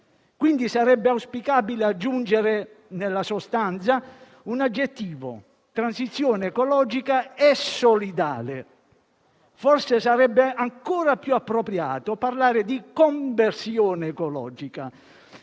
quindi auspicabile aggiungere nella sostanza un aggettivo: transizione ecologica e solidale. Forse sarebbe ancora più appropriato parlare di conversione ecologica,